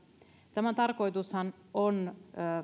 tämän tarkoitushan on